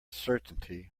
certainty